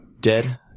Dead